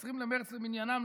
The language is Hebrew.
ב-20 למרץ למניינם,